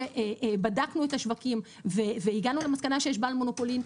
שבדקנו את השווקים והגענו למסקנה שיש בעל מונופולין,